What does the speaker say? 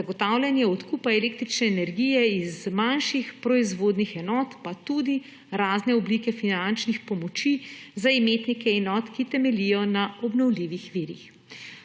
zagotavljanje odkupa električne energije iz manjših proizvodnih enot, pa tudi razne oblike finančnih pomoči za imetnike enot, ki temeljijo na obnovljivih virih.